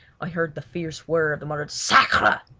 i heard the fierce whirr of the muttered sacre!